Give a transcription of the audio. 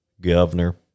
Governor